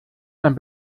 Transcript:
ein